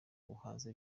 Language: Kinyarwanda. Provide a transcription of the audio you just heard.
guhaza